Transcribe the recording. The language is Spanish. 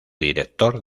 director